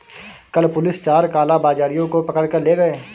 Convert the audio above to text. कल पुलिस चार कालाबाजारियों को पकड़ कर ले गए